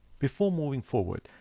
before moving forward.